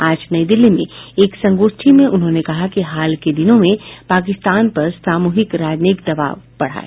आज नई दिल्ली में एक संगोष्ठी में उन्होंने कहा कि हाल ही के दिनों में पाकिस्तान पर सामूहिक राजनयिक दबाव पड़ा है